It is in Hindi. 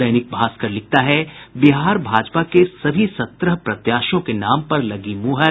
दैनिक भास्कर लिखता है बिहार भाजपा के सभी सत्रह प्रत्याशियों के नाम पर लगी मुहर